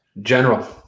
general